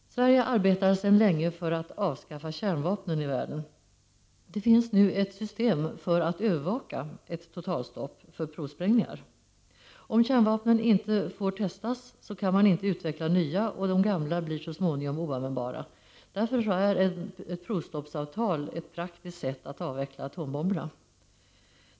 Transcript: Sverige arbetar sedan länge för att avskaffa kärnvapnen i världen. Det finns nu ett system för att övervaka ett totalstopp för provsprängningar. Om kärnvapnen inte får testas kan man inte utveckla nya och de gamla blir så småningom oanvändbara. Därför är ett provstoppsavtal ett praktiskt sätt att avveckla atombomberna.